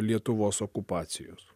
lietuvos okupacijos